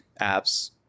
apps